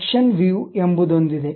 section view ಎಂಬುದೊಂದಿದೆ